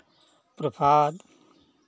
प्रसाद